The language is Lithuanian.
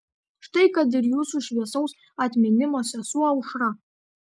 štai kad ir jūsų šviesaus atminimo sesuo aušra